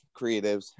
creatives